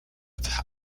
with